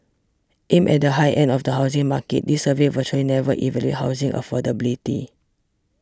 aimed at the high end of the housing market these surveys virtually never evaluate housing affordability